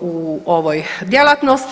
u ovoj djelatnosti.